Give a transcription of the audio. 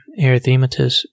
erythematous